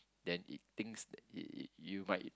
then it things it it you might